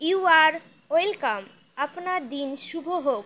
you are welcome আপনার দিন শুভ হোক